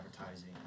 advertising